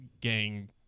gang